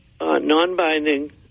non-binding